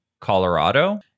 Colorado